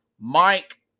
Mike